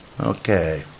Okay